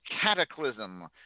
Cataclysm